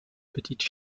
petite